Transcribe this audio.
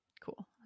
Cool